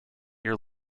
ear